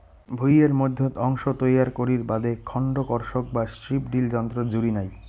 ভুঁইয়ের মইধ্যত অংশ তৈয়ার করির বাদে খন্ড কর্ষক বা স্ট্রিপ টিল যন্ত্রর জুড়ি নাই